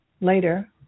later